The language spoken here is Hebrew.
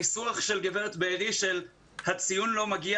הניסוח של גברת בארי שגרס "הציון לא מגיע